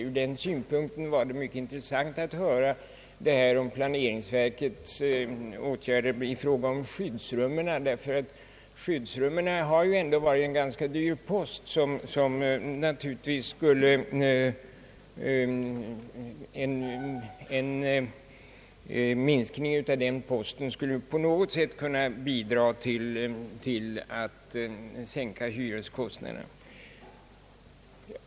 Ur den synpunkten var det mycket intressant att få höra om planeringsverkets åtgärder i fråga om skyddsrummen. Dessa har än då varit en dyr post. En minskning av den skulle bidra till att sänka hyreskostnaderna.